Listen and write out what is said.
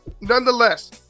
nonetheless